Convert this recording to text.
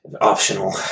Optional